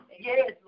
Yes